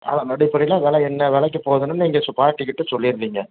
ஆலா நடுப்பறையில் வில என்ன விலைக்கு போவுதுன்னு நீங்கள் பார்டிக்கிட்ட சொல்லி இருந்திங்க